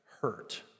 hurt